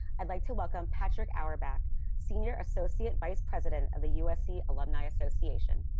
i'd like to welcome patrick our back senior associate vice president of the usc alumni association.